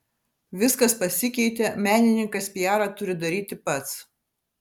viskas pasikeitė menininkas piarą turi daryti pats